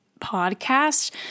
podcast